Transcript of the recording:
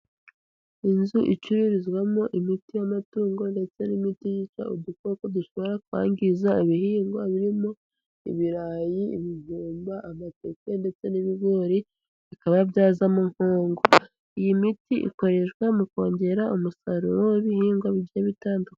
Inzu icururizwamo imiti y'amatungo ndetse n'imiti yica udukoko dushobora kwangiza ibihingwa birimo ibirayi, ibijumba amateke ndetse n'ibigori bikaba byazamo nkongwa, iyi miti ikoreshwa mu kongera umusaruro w'ibihingwa bigiye bitandukanye.